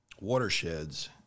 watersheds